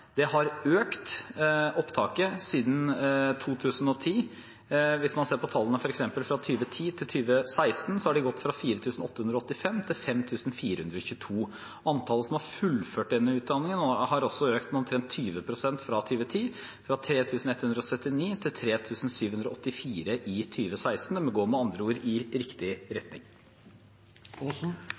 har økt siden 2010, og hvis man ser på tallene f.eks. fra 2010 til 2016, har de gått fra 4 885 til 5 422. Antallet som har fullført denne utdanningen, har også økt, med omtrent 20 pst. fra 2010 – fra 3 179 til 3 784 i 2016. Det går med andre ord i riktig